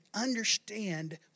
understand